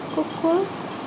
কুকুৰ